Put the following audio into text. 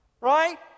right